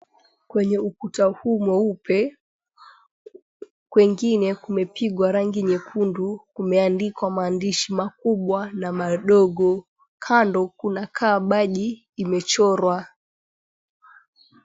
Kwenye ukuta huu mweupe kwengine kumepigwa rangi nyekundu kumeandikwa maandishi makubwa na madogo, kando kuna kaa baji imechorwa.